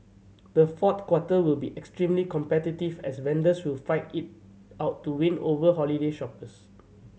the fourth quarter will be extremely competitive as vendors will fight it out to win over holiday shoppers